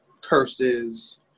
curses